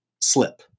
slip